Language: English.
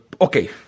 okay